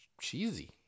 cheesy